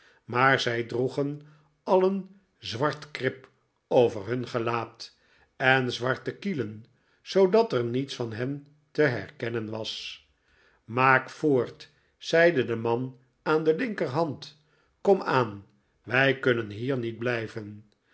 maar zij droegen alien zwart krip over hun gelaat en zwarte kielen zoodat er niets aan hen te herkennen was maak voort zeide de man aan de linkerhand kom aan wij kunnen hier met blijven